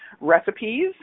recipes